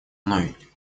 мной